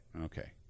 Okay